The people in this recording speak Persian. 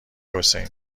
حسینی